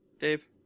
Dave